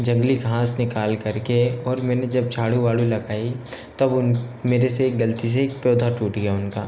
जंगली घांस निकाल कर के और मैंने जब झाड़ु वाडु लगाई तब उन मेरे से एक ग़लती से पौधा टूट गया उनका